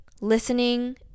listening